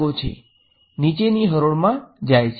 નીચેની હરોળમાં જાય છે